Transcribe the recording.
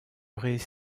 aurait